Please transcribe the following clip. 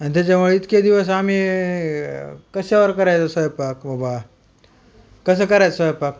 आणि त्याच्यामुळे इतके दिवस आम्ही कशावर करायचं स्वयंपाक वबा कसं करायचं स्वयंपाक